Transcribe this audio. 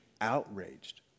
outraged